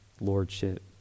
Lordship